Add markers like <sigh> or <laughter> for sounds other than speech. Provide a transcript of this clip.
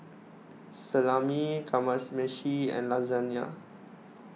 Salami <unintelligible> and Lasagna